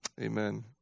Amen